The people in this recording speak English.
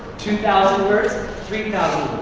two thousand words, three